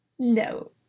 no